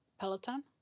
Peloton